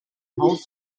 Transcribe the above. holds